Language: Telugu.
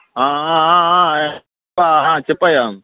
చెప్పయ్యా